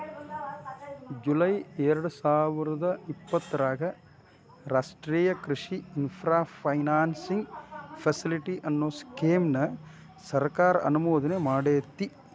July ಎರ್ಡಸಾವಿರದ ಇಪ್ಪತರಾಗ ರಾಷ್ಟ್ರೇಯ ಕೃಷಿ ಇನ್ಫ್ರಾ ಫೈನಾನ್ಸಿಂಗ್ ಫೆಸಿಲಿಟಿ, ಅನ್ನೋ ಸ್ಕೇಮ್ ನ ಸರ್ಕಾರ ಅನುಮೋದನೆಮಾಡೇತಿ